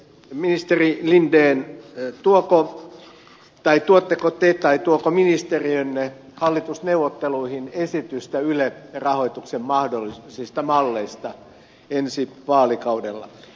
ministeri linden tuotteko te tai tuoko ministeriönne hallitusneuvotteluihin esitystä ylen rahoituksen mahdollisista malleista ensi vaalikaudella